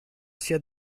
sia